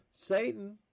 Satan